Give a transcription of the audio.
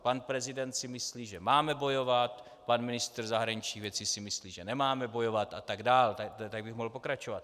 Pan prezident si myslí, že máme bojovat, pan ministr zahraničních věcí si myslí, že nemáme bojovat, a tak dál, a tak bych mohl pokračovat.